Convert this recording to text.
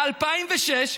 ב-2006,